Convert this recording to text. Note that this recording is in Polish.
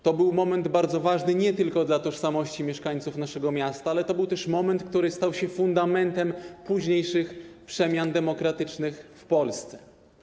To był nie tylko moment bardzo ważny dla tożsamości mieszkańców naszego miasta, ale to był też moment, który stał się fundamentem późniejszych przemian demokratycznych w Polsce.